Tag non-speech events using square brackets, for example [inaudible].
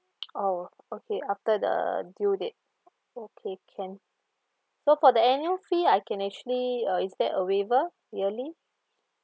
[noise] oh okay after the due date okay can so for the annual fee I can actually uh is there a waiver yearly